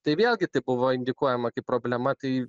tai vėlgi tai buvo indikuojama kaip problema tai